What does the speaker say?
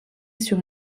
sur